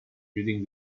reading